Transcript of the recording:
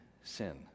sin